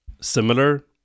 similar